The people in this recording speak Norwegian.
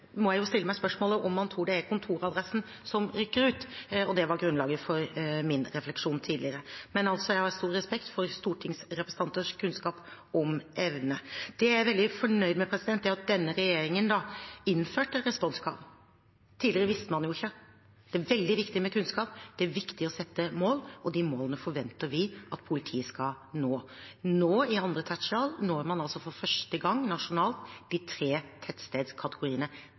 må jeg jo stille meg spørsmålet om man tror det er fra kontoradressen man rykker ut. Det var grunnlaget for min refleksjon tidligere. Jeg har stor respekt for stortingsrepresentanters kunnskap og evne. Det jeg er veldig fornøyd med, er at denne regjeringen innførte krav til responstid. Tidligere visste man jo ikke. Det er veldig viktig med kunnskap, det er viktig å sette mål, og de målene forventer vi at politiet skal nå. Nå, i andre tertial, når man altså for første gang nasjonalt kravet for de tre tettstedskategoriene.